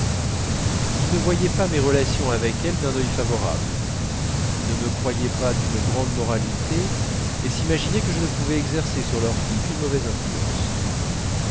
ils ne voyaient pas mes relations avec elle d'un œil favorable ne me croyaient pas d'une grande moralité et s'imaginaient que je ne pouvais exercer sur leur fille qu'une mauvaise influence